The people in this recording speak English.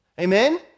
Amen